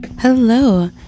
Hello